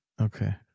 Okay